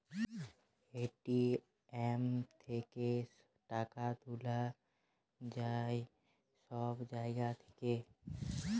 ATM থ্যাইকে টাকা তুলা যায় ছব জায়গা থ্যাইকে